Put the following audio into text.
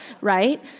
right